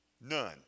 None